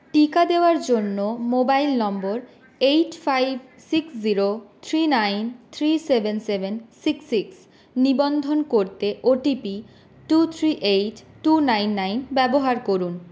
টিকা দেওয়ার জন্য mobile number eight five six zero three nine three seven seven six নিবন্ধন করতে OTP two three eight two nine nine ব্যবহার করুন